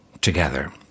together